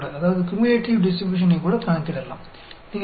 तो आप cumulative distribution की गणना भी कर सकते हैं